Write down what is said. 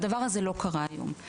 והדבר הזה לא קרה עד היום.